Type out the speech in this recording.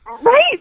Right